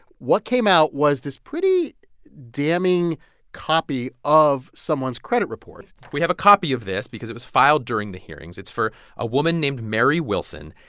what came out was this pretty damning copy of someone's credit report we have a copy of this because it was filed during the hearings. it's for a woman named mary wilson.